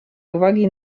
uwagi